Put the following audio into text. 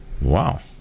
Wow